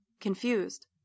confused